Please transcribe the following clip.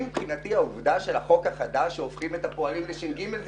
מבחינתי החוק החדש שהופכים את הפועלים לש"ג זה